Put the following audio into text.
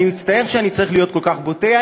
אני מצטער שאני צריך להיות כל כך בוטה,